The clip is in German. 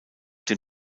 dem